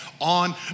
on